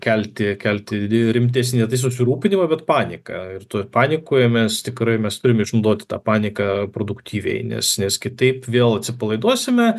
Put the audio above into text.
kelti kelti rimtesnį vis susirūpinimą bet paniką ir toje panikoje mes tikrai mes turim išnaudoti tą paniką produktyviai nes nes kitaip vėl atsipalaiduosime